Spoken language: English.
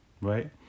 right